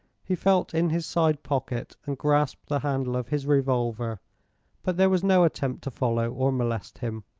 he felt in his side pocket and grasped the handle of his revolver but there was no attempt to follow or molest him.